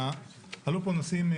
עלו פה נושאים,